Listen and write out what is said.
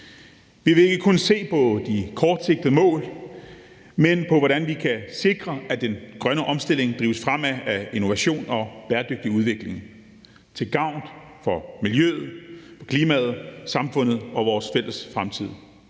Vi vil ikke kun se på de kortsigtede mål, men på, hvordan vi kan sikre, at den grønne omstilling bliver fremmet af innovation og bæredygtig udvikling til gavn for miljøet, klimaet, samfundet og vores fælles fremtid.